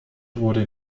wurde